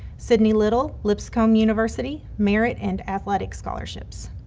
sydney liddle, lipscomb university. merit and athletic scholarships.